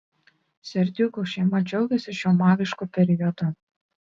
serdiukų šeima džiaugiasi šiuo magišku periodu